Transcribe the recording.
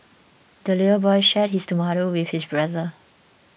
the little boy shared his tomato with his brother